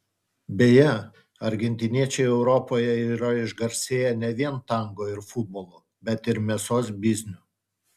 beje argentiniečiai europoje yra išgarsėję ne vien tango ir futbolu bet ir mėsos bizniu